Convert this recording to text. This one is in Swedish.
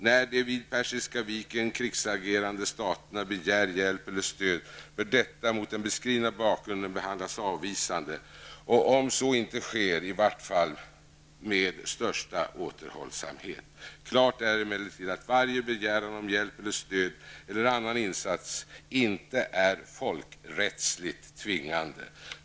När de vid Persiska viken krigsagerande staterna begär hjälp eller stöd bör detta mot den beskrivna bakgrunden behandlas avvisande, och om så inte sker bör i varje fall största återhållsamhet iakttas. Klart är emellertid att varje begäran om hjälp eller stöd eller annan insats inte är folkrättsligt tvingande.